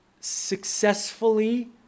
successfully